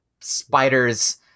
spiders